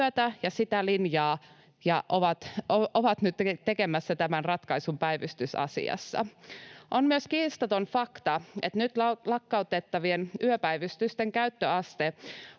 ja sitä linjaa ja on nyt tekemässä tämän ratkaisun päivystysasiassa. On myös kiistaton fakta, että nyt lakkautettavien yöpäivystysten käyttöaste